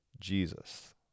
Jesus